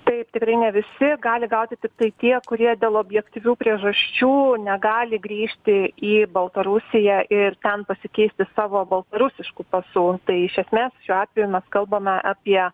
taip tikrai ne visi gali gauti tiktai tie kurie dėl objektyvių priežasčių negali grįžti į baltarusiją ir ten pasikeisti savo baltarusiškų pasų tai iš esmės šiuo atveju mes kalbame apie